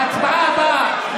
בהצבעה הבאה.